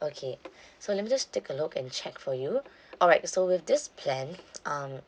okay so let me just take a look and check for you alright so with this plan um